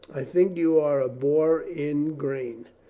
i think you are a boor in grain.